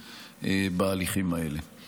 שעושה מלאכת קודש בצורה מאוד מאוד מקצועית,